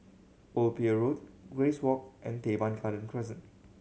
Old Pier Road Grace Walk and Teban Garden Crescent